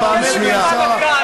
אתה פרובוקטור ואתה זול,